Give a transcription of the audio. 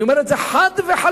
אני אומר את זה חד וחלק.